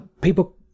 people